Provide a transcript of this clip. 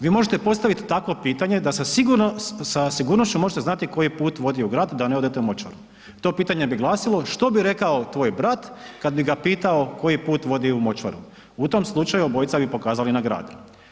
Vi možete postavit takvo pitanje da sa sigurnošću možete znati koji put vodi u grad da ne odete u močvaru, to pitanje bi glasilo što bi rekao tvoj brat kad bi ga pitao koji put vodi u močvaru, u tom slučaju obojica bi pokazali na grad.